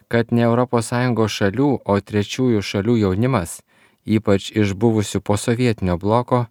kad ne europos sąjungos šalių o trečiųjų šalių jaunimas ypač iš buvusių posovietinio bloko